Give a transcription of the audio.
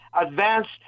advanced